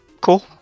cool